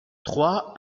trois